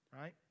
Right